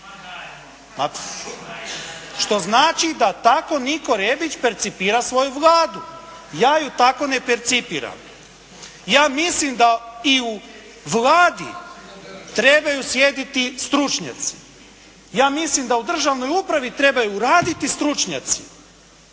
Što znači da tako Niko Rebić percipira svoju Vladu. Ja ju tako ne percipiram. Ja mislim da i u Vladi trebaju sjediti stručnjaci. Ja mislim da u državnoj upravi trebaju raditi stručnjaci